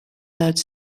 duidt